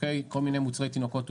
כל מיני מוצרי תינוקות,